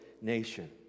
nation